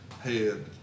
head